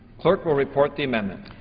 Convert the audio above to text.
clerk will report the amendment.